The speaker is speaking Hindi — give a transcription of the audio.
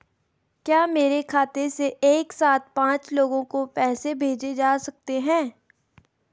क्या मेरे खाते से एक साथ पांच लोगों को पैसे भेजे जा सकते हैं?